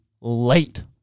Late